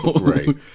Right